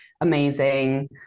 amazing